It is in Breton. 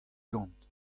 gant